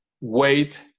wait